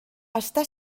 està